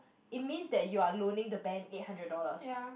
it means that you are loaning the bank eight hundred dollars